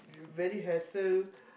you very hassle